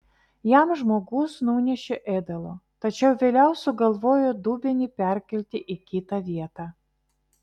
jam žmogus nunešė ėdalo tačiau vėliau sugalvojo dubenį perkelti į kitą vietą